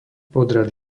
podrad